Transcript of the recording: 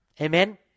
Amen